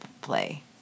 play